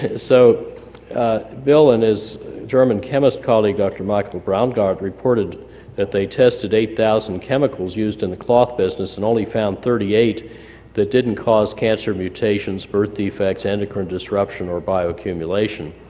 so bill and his german chemist colleague, dr. michael braungart, reported that they tested eight thousand chemicals used in the cloth business, and only found thirty eight that didn't cause cancer, mutations, birth defects, and endocrine disruption, or bioaccumulation.